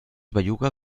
belluga